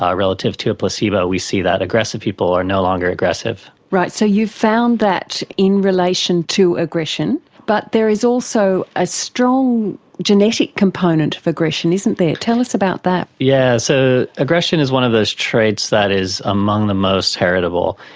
relative to a placebo we see that aggressive people are no longer aggressive. right, so you've found that in relation to aggression. but there is also a strong genetic component for aggression, isn't there. tell us about that. yes, yeah so aggression is one of those traits that is among the most heritable.